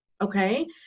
Okay